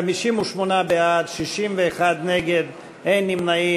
58 בעד, 61 נגד, אין נמנעים.